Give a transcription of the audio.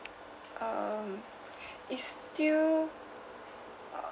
um is still